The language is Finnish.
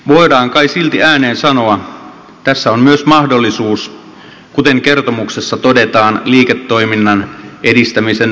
voidaan kai silti ääneen sanoa että tässä on myös mahdollisuus kuten kertomuksessa todetaan liiketoiminnan edistämisen mahdollisuuksista